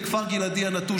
לאדמה.